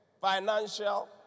Financial